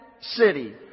city